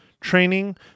training